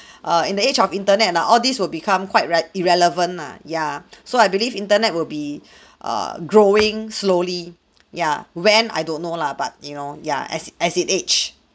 err in the age of internet ah all these will become quite right irrelevant ah ya so I believe internet will be err growing slowly yeah when I don't know lah but you know yeah as as it age